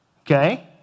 Okay